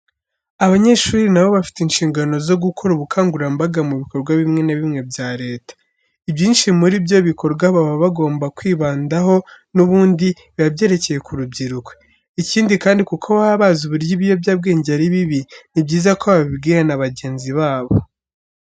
Abanyeshuri na bo bafite inshingano zo gukora ubukangurambaga mu bikorwa bimwe na bimwe bya Leta. Ibyinshi muri byo bikorwa baba bagomba kwibandaho n'ubundi, biba byerekeye ku rubyiruko. Ikindi kandi kuko baba bazi uburyo ibiyobyabwenge ari bibi, ni byiza no kubibwira na bagenzi babo.